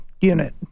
unit